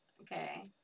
Okay